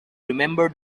remembered